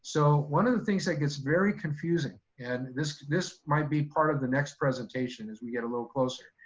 so one of the things that gets very confusing, and this this might be part of the next presentation as we get a little closer,